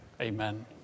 amen